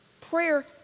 prayer